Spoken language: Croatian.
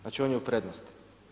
Znači on je u prednosti.